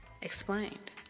explained